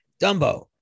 Dumbo